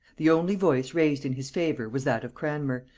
the only voice raised in his favor was that of cranmer,